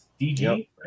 DG